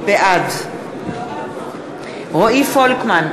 בעד רועי פולקמן,